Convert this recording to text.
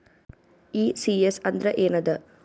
ECS ಅಂದ್ರ ಏನದ?